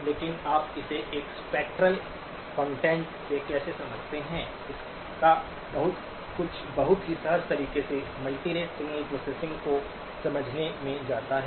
लेकिन आप इसे एक स्पेक्ट्रल कंटेंट से कैसे समझाते हैं और इसका बहुत कुछ बहुत ही सहज तरीके से मल्टीरेट सिग्नल प्रोसेसिंग को समझने में जाता है